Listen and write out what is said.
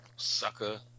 Sucker